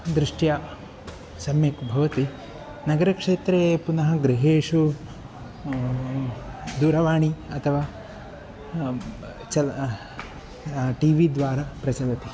दृष्ट्या सम्यक् भवति नगरक्षेत्रे पुनः गृहेषु दूरवाणी अथवा चलनं टि वि द्वारा प्रचलति